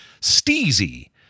Steezy